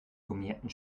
gummierten